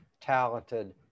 talented